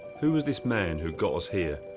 who was this man who got us here,